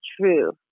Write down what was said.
true